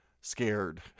scared